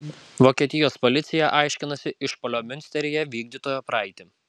vokietijos policija aiškinasi išpuolio miunsteryje vykdytojo praeitį